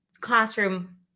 classroom